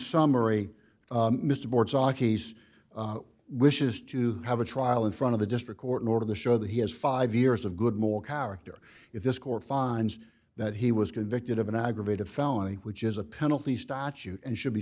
summary mr bork sakis wishes to have a trial in front of the district court in order to show that he has five years of good more power if this court finds that he was convicted of an aggravated felony which is a penalty statute and should be